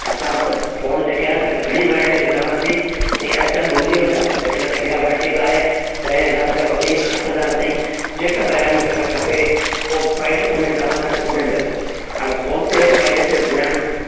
असां वटि फोन जेके आहिनि तव्हांखे घणी वेराइटियूं ॾिखारदा सी एस टैन भुलजी वेंदा के इन के ॿिया वेराइटी बि आहे ॾह हज़ार खां वठी अठ हज़ार ताईं जेका रैम में खपे उहो प्राइज़ उन जे हिसाब सां तव्हांखे ॿुधाईंदासीं हाणे फोन ते प्राइज़ ते ॿुधाइणु